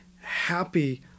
happy